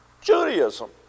Judaism